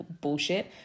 bullshit